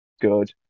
good